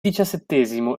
diciassettesimo